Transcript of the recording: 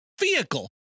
vehicle